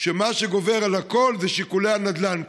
שמה שגובר על הכול זה שיקולי הנדל"ן,